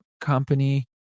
company